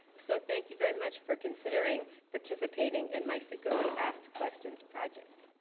so thank you very much for considering, participating in my frequently asked questions project.